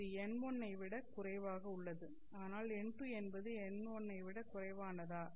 இது n1 ஐ விடக் குறைவாக உள்ளது ஆனால் n2 என்பது n1 ஐ விடக் குறைவானதா